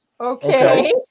Okay